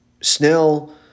Snell